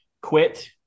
quit